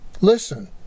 Listen